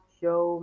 show